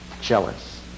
jealous